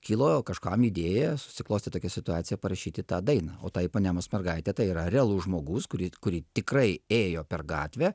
kilojo kažkam idėja susiklostė tokia situacija parašyti tą dainą o tai ipanemos mergaitė tai yra realus žmogus kuri kuri tikrai ėjo per gatvę